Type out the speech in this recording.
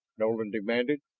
nolan demanded.